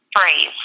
phrase